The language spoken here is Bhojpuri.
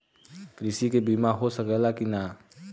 कृषि के बिमा हो सकला की ना?